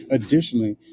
Additionally